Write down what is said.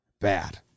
bad